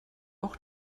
auch